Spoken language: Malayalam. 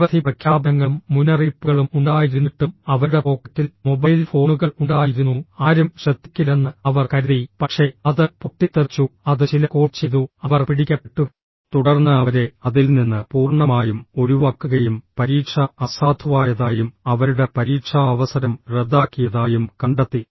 നിരവധി പ്രഖ്യാപനങ്ങളും മുന്നറിയിപ്പുകളും ഉണ്ടായിരുന്നിട്ടും അവരുടെ പോക്കറ്റിൽ മൊബൈൽ ഫോണുകൾ ഉണ്ടായിരുന്നു ആരും ശ്രദ്ധിക്കില്ലെന്ന് അവർ കരുതി പക്ഷേ അത് പൊട്ടിത്തെറിച്ചു അത് ചില കോൾ ചെയ്തു അവർ പിടിക്കപ്പെട്ടു തുടർന്ന് അവരെ അതിൽ നിന്ന് പൂർണ്ണമായും ഒഴിവാക്കുകയും പരീക്ഷ അസാധുവായതായും അവരുടെ പരീക്ഷാ അവസരം റദ്ദാക്കിയതായും കണ്ടെത്തി